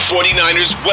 49ers